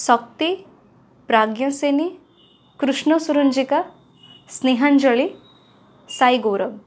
ସକ୍ତି ପ୍ରାଜ୍ଞସୀନି କୃଷ୍ଣ ସୁରଂଜିକା ସ୍ନେହାଜଳି ସାଇ ଗୌରବ